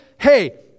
hey